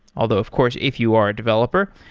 although of course if you are a developer,